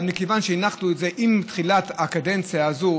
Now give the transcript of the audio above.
אבל כיוון שהנחנו את זה עם תחילת הקדנציה הזאת,